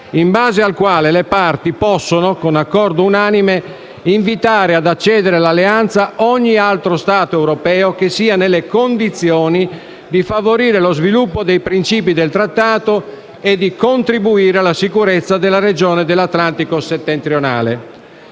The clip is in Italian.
in base al quale le parti possono, con accordo unanime, invitare ad accedere all'Alleanza ogni altro Stato europeo che sia nelle condizioni di favorire lo sviluppo dei principi del Trattato e di contribuire alla sicurezza della regione dell'Atlantico settentrionale.